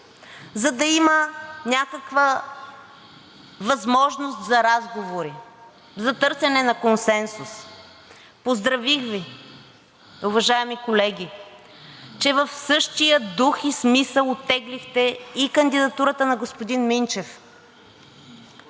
за да има някаква възможност за разговори, за търсене на консенсус. Поздравих Ви, уважаеми колеги, че в същия дух и смисъл оттеглихте и кандидатурата на господин Минчев.